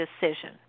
decision